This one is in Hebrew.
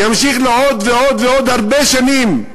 ימשיך לעוד ועוד ועוד הרבה שנים,